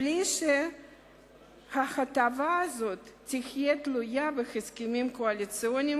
בלי שההטבה הזאת תהיה תלויה בהסכמים קואליציוניים